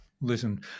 Listen